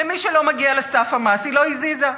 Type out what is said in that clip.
למי שלא מגיע לסף המס היא לא הזיזה.